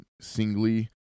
singly